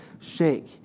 shake